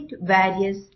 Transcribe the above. various